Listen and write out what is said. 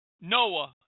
Noah